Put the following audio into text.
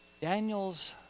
Daniel's